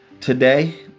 Today